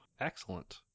Excellent